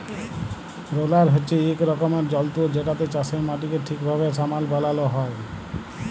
roller হছে ইক রকমের যল্তর যেটতে চাষের মাটিকে ঠিকভাবে সমাল বালাল হ্যয়